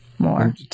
more